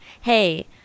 Hey